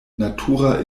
natura